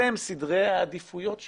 אלה הם סדרי העדיפויות שלי,